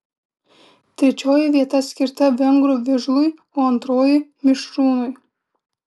trečioji vieta skirta vengrų vižlui o antroji mišrūnui